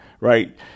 right